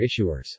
issuers